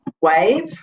Wave